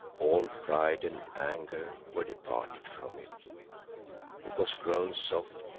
all pride and anger were departed from it it was grown soft,